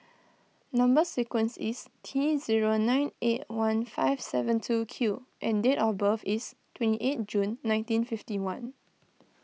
Number Sequence is T zero nine eight one five seven two Q and date of birth is twenty eight June nineteen fifty one